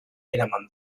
eraman